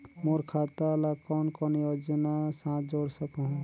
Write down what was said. मोर खाता ला कौन कौन योजना साथ जोड़ सकहुं?